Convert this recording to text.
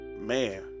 Man